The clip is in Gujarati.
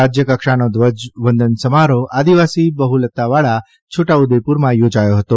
રાજયકક્ષાનો ધ્વજવંદન સમારોહ આદિવાસી બહ્લતાવાળા છોટા ઉદેપુરમાં યોજાયો હતો